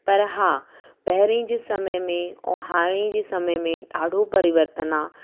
पर हा पहिरीं जे समय में ऐं हाणे जे समय में ॾाढो परिवर्तन आहे